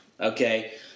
okay